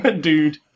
dude